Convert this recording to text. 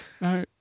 No